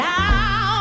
now